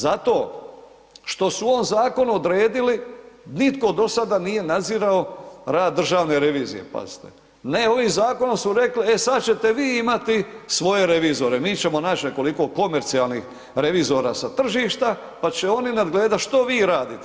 Zato što su u ovom zakonu odredili nitko do sada nije nadzirao rad Državne revizije, pazite, ne ovim zakonom su rekli, e sad ćete vi imati svoje revizore, mi ćemo naći nekoliko komercijalnih revizora sa tržišta pa će oni nadgledat što vi radite.